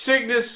Sickness